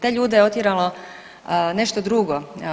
Te ljude je otjeralo nešto drugo.